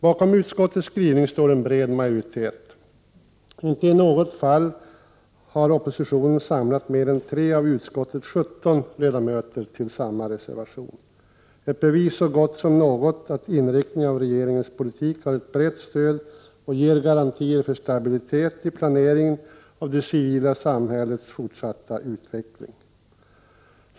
Bakom utskottets skrivning står en bred majoritet. Inte i något fall har oppositionen samlat mer än tre av utskottets 17 ledamöter bakom samma reservationer. Det är ett bevis så gott som något att inriktningen av regeringens politik har ett brett stöd och ger garantier för stabilitet i planeringen av det civila försvarets fortsatta utveckling.